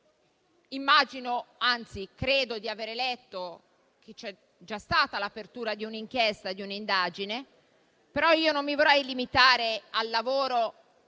Credo di avere letto che c'è già stata l'apertura di un'inchiesta, di un'indagine. Però, io non mi vorrei limitare al lavoro,